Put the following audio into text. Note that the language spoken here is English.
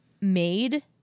made